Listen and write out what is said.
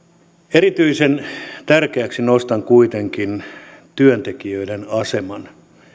erityisen tärkeäksi nostan kuitenkin työntekijöiden aseman